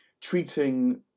treating